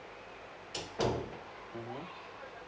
mmhmm